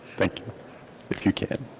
thank you if your can.